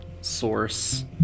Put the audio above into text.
source